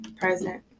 present